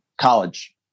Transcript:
college